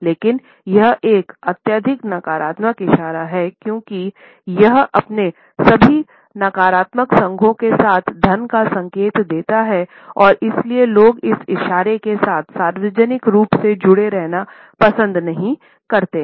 लेकिन यह एक अत्यधिक नकारात्मक इशारा है क्योंकि यह अपने सभी नकारात्मक संघों के साथ धन का संकेत देता है और इसलिए लोग इस इशारे के साथ सार्वजनिक रूप से जुड़े रहना पसंद नहीं करते हैं